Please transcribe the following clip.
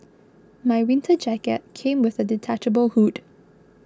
my winter jacket came with a detachable hood